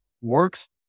works